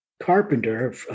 carpenter